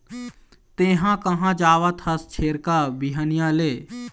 तेंहा कहाँ जावत हस छेरका, बिहनिया ले?